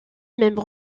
même